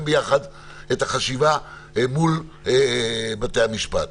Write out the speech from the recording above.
ח"כ מיכל וונש, בבקשה.